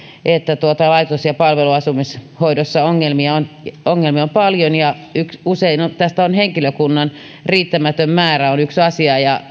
että laitos ja palveluasumishoidossa ongelmia on ongelmia on paljon ja usein tässä henkilökunnan riittämätön määrä on yksi asia ja